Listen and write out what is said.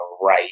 right